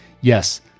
yes